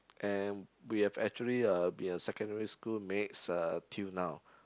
and we have actually uh be a secondary school mates uh till now